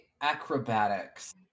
acrobatics